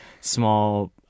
small